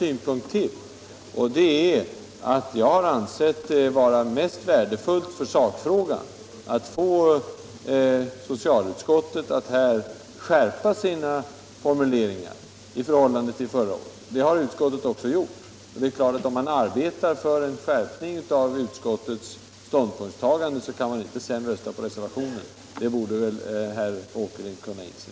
Jag vill också framhålla att jag ansett det vara mest värdefullt för sakfrågan, om socialutskottet velat skärpa sina formuleringar i förhållande till vad som uttalades förra året. Det har utskottet också gjort, och om man arbetar för en skärpning av utskottets ståndpunktstagande kan man i det läget inte rösta för reservationen. Det borde väl herr Åkerlind kunna förstå.